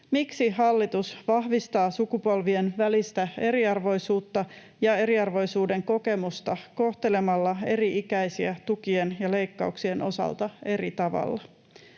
Miksi hallitus vahvistaa sukupolvien välistä eriarvoisuutta ja eriarvoisuuden kokemusta kohtelemalla eri-ikäisiä tukien ja leikkauksien osalta eri tavalla?